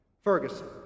Ferguson